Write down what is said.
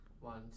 one